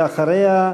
ואחריה,